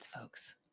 folks